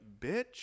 bitch